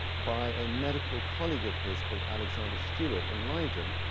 by a medical colleague of his called alexander stewart, in lydon,